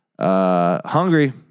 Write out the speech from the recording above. Hungry